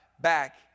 back